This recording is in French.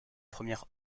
première